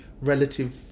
relative